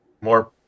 more